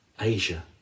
Asia